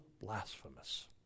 blasphemous